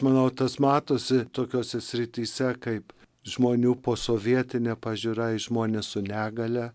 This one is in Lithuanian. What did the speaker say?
manau tas matosi tokiose srityse kaip žmonių posovietinė pažiūra į žmones su negalia